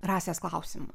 rasės klausimą